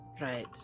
right